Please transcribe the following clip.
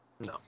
No